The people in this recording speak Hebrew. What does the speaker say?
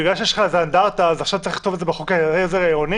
בגלל שיש לך אנדרטה אז עכשיו צריך לכתוב את זה בחוקי העזר העירוניים?